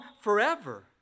forever